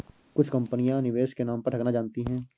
कुछ कंपनियां निवेश के नाम पर ठगना जानती हैं